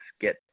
get